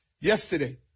Yesterday